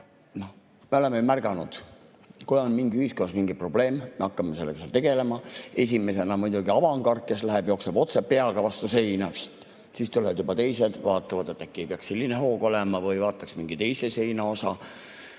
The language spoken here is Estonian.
Me oleme ju märganud, et kui on ühiskonnas mingi probleem, siis me hakkame sellega tegelema, esimesena muidugi avangard, kes läheb, jookseb otse peaga vastu seina, siis tulevad juba teised, vaatavad, et äkki ei peaks selline hoog olema või vaataks mingi teise seinaosa.